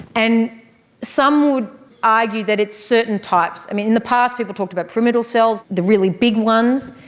and some would argue that it's certain types, i mean, in the past people talked about pyramidal cells, the really big ones.